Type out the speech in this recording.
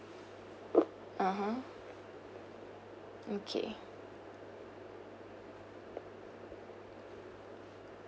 (uh huh) okay